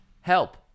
Help